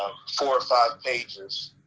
four or five pages,